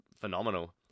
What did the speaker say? phenomenal